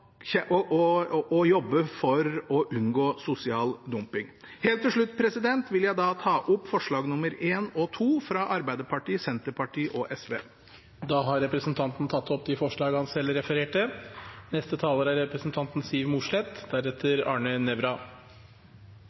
brukes til også å jobbe for seriøsitet i transportbransjen og for å unngå sosial dumping. Helt til slutt vil jeg ta opp forslagene nr. 1 og 2 i sak nr. 8, fra Arbeiderpartiet, Senterpartiet og SV. Da har representanten Sverre Myrli tatt opp de forslagene han refererte til. Folk er